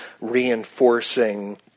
reinforcing